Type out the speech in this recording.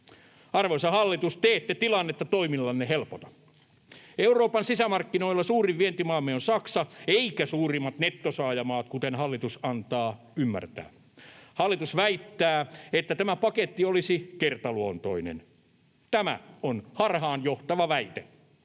Arvoisa hallitus, te ette tilannetta toimillanne helpolla. Euroopan sisämarkkinoilla suurin vientimaamme on Saksa eivätkä suurimmat nettosaajamaat, kuten hallitus antaa ymmärtää. Hallitus väittää, että tämä paketti olisi kertaluontoinen. Tämä on harhaanjohtava väite.